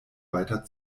weiter